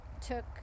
took